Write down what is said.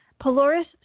Polaris